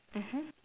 mmhmm